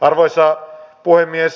arvoisa puhemies